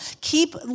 Keep